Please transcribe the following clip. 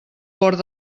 port